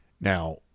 Now